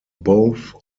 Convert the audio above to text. both